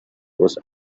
was